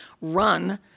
run